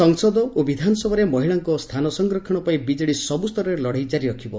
ସଂସଦ ଓ ବିଧାନସଭାରେ ମହିଳାଙ୍କ ସ୍ସାନ ସଂରକ୍ଷଣ ପାଇଁ ବିଜେଡି ସବୁ ସ୍ତରରେ ଲଢେଇ କାରି ରଖିବ